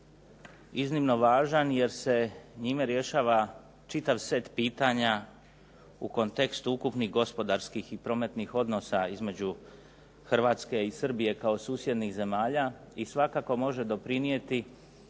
iznimno važan jer se njime rješava čitav set pitanja u kontekstu ukupnih gospodarskih i prometnih odnosa između Hrvatske i Srbije kao susjednih zemalja i isto može doprinijeti